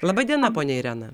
laba diena ponia irena